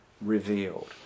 revealed